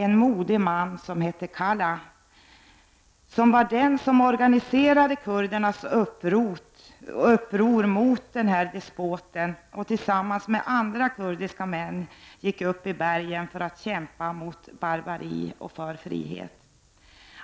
En modig man som hette Kala var den som organiserade kurdernas uppror mot denne de spot och gick tillsammans med andra kurdiska män upp i bergen för att kämpa mot barbari och för frihet.